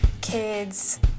kids